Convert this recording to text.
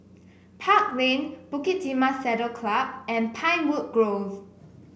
Park Lane Bukit Timah Saddle Club and Pinewood Grove